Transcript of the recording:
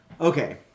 Okay